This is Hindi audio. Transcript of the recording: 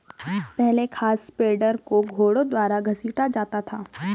पहले खाद स्प्रेडर को घोड़ों द्वारा घसीटा जाता था